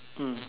mm